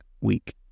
week